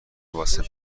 واسه